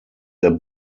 der